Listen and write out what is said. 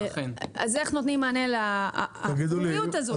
אז איך נותנים מענה לאפרוריות הזאת.